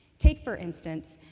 take, for instance,